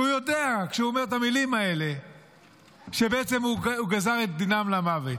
הוא יודע כשהוא אומר את המילים האלה שבעצם הוא גזר את דינם למוות.